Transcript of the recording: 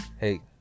Hey